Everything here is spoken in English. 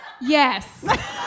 Yes